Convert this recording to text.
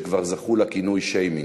שכבר זכו לכינוי שיימינג.